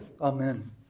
Amen